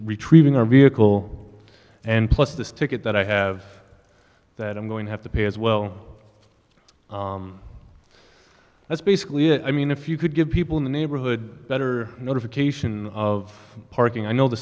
retrieving our vehicle and plus this ticket that i have that i'm going to have to pay as well that's basically it i mean if you could give people in the neighborhood better notification of parking i know the